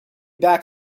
back